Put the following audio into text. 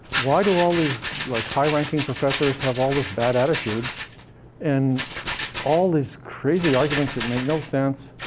why do all these, like, high-ranking professors have all this bad attitude and all these crazy arguments that make no sense?